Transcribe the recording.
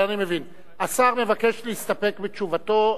אני מבקש להסתפק בתשובתי.